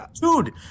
dude